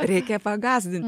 reikia pagąsdinti